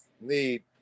need